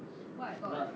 what got what